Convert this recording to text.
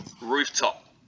rooftop